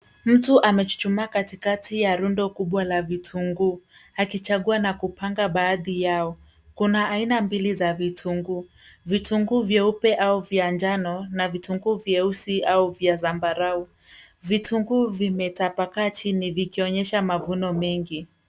Mtu amechuchumaa katikati ya rundo kubwa la vitunguu akichagua na kupanga baadhi yao. Kuna aina mbili za vitunguu, vitunguu vyeupe au vya njano na vitunguu vyeusi au vya zambarau. Vitunguu vimetapakaa chini vikionyesha mavuno mengi.